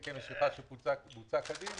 אני אפיג את החששות שלכם אחד אחד.